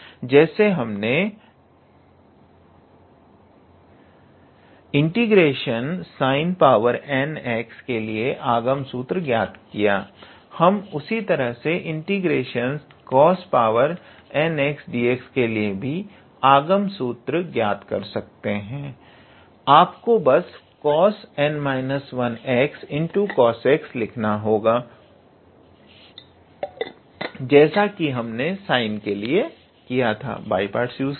तो जैसे हमने ∫ 𝑠𝑖𝑛𝑛𝑥 के लिए आगम सूत्र ज्ञात किया हम उसी तरह ∫ 𝑐𝑜𝑠𝑛𝑥𝑑𝑥 के लिए भी आगम सूत्र ज्ञात कर सकते हैं आपको बस 𝑐𝑜𝑠𝑛−1𝑥𝑐𝑜𝑠𝑥 लिखना होगा जैसा कि हमने sine के लिए किया